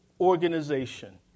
organization